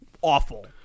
Awful